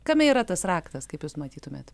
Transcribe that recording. kame yra tas raktas kaip jūs matytumėte